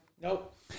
Nope